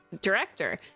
director